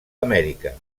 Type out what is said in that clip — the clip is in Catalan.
amèrica